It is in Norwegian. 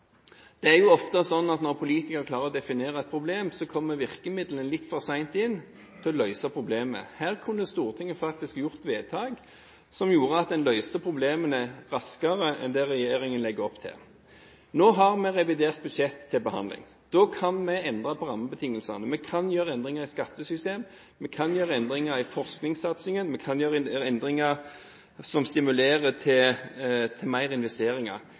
Det er ofte sånn at når politikere klarer å definere et problem, kommer virkemidlene for å løse problemet litt for sent inn. Her kunne Stortinget faktisk gjort vedtak som førte til at en løste problemene raskere enn det regjeringen legger opp til. Nå har vi revidert budsjett til behandling. Da kan vi endre på rammebetingelsene, vi kan gjøre endringer i skattesystem, vi kan gjøre endringer i forskningssatsingen, og vi kan gjøre endringer som stimulerer til mer